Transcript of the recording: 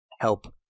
help